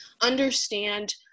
understand